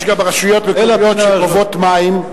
יש גם רשויות מקומיות שגובות מים,